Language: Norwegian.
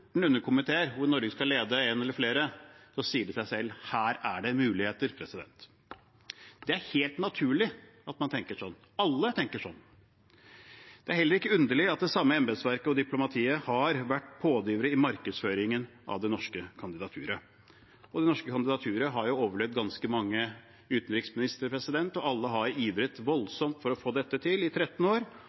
underkomiteer, og Norge skal lede én eller flere, sier det seg selv at her er det muligheter. Det er helt naturlig at man tenker slik. Alle tenker slik. Det er heller ikke underlig at det samme embetsverket og diplomatiet har vært pådrivere i markedsføringen av det norske kandidaturet. Det norske kandidaturet har overlevd ganske mange utenriksministre, og alle har ivret voldsomt for å få til dette i 13 år. Nå har man altså lyktes, og embetsverket har ventet i 13 år